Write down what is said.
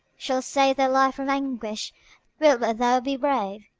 shall save thy life from anguish wilt but thou be brave!